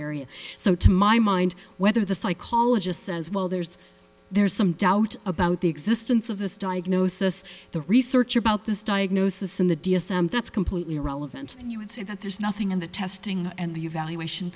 area so to my mind whether the psychologist says well there's there's some doubt about the existence of this diagnosis the research about this diagnosis in the d s m that's completely irrelevant you would say that there's nothing in the testing and the evaluation